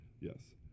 Yes